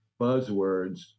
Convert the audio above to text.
buzzwords